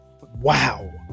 wow